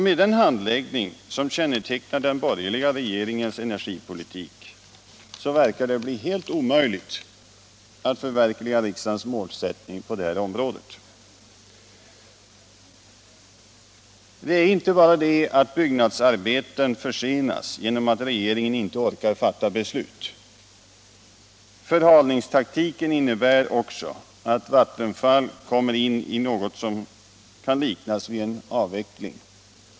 Med den handläggning som kännetecknar den borgerliga regeringens energipolitik verkar det bli helt omöjligt att förverkliga riksdagens målsättning på detta område. Det är inte bara det att byggnadsarbeten försenas genom att regeringen inte orkar fatta beslut. Förhalningstaktiken innebär också att Vattenfall kommer in i något som kan liknas vid en avveckling.